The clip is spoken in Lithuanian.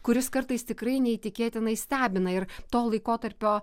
kuris kartais tikrai neįtikėtinai stebina ir to laikotarpio